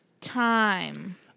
time